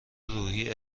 روحی